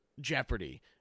Jeopardy